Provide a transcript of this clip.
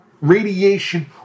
radiation